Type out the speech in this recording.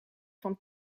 van